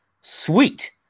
sweet